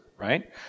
Right